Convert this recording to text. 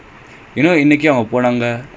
ஆமா ஆமா காலைல:aamaa aamaa kaalaila